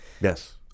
Yes